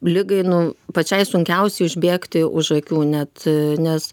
ligai nu pačiai sunkiausiai užbėgti už akių net nes